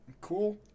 Cool